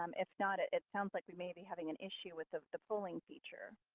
um if not, it sounds like we may be having an issue with ah the polling feature.